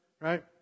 Right